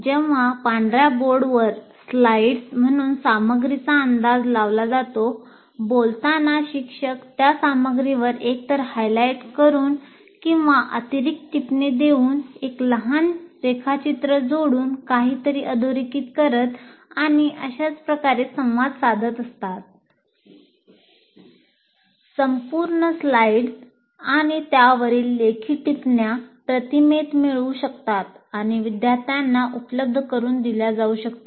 जेव्हा पांढऱ्या बोर्डवर स्लाइड आणि त्यावरील लेखी टिप्पण्या प्रतिमेत मिळवू शकतात आणि विद्यार्थ्यांना उपलब्ध करुन दिल्या जाऊ शकतात